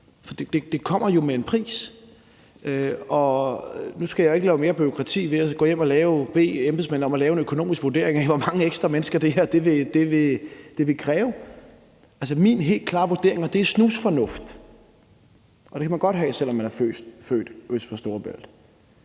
for det kommer jo med en pris. Nu skal jeg jo ikke lave mere bureaukrati ved at gå hjem at bede embedsmændene om at lave en økonomisk vurdering af, hvor mange ekstra mennesker det her vil kræve. Altså, min helt klare vurdering, og det er snusfornuft, og det kan man godt have, selv om man er født øst for Storebælt,